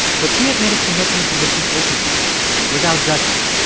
but she had made a commitment to listen openly without judgment.